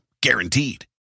guaranteed